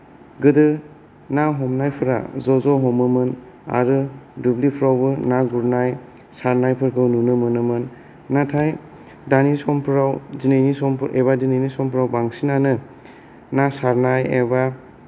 गोदो ना हमनायफोरा ज' ज' हमोमोन आरो दुबलिफोरावबो ना गुरनाय सारनायफोरखौ नुनो मोनो मोन नाथाय दानि समफोराव दिनैनि समफोर एबा दिनैनि समफोराव बांसिनानो ना सारनाय एबा